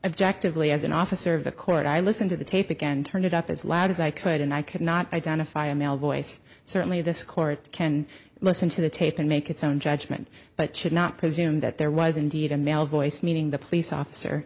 objective lee as an officer of the court i listened to the tape again turn it up as loud as i could and i could not identify a male voice certainly this court can listen to the tape and make its own judgment but should not presume that there was indeed a male voice meeting the police officer